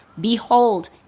behold